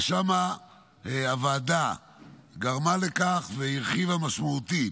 ושם הוועדה גרמה לכך והרחיבה משמעותית